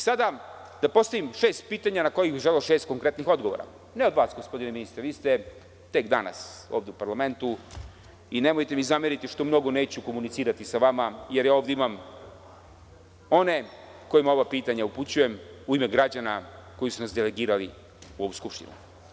Sada, da postavim šest pitanja na kojih bih želeo šest konkretnih odgovora, ne od vas gospodine ministre, vi ste tek danas ovde u parlamentu i nemojte mi zameriti što mnogo neću komunicirati sa vama, jer ja ovde imam one kojima ova pitanja upućujem u ime građana koji su nas delegirali u ovu Skupštinu.